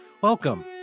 Welcome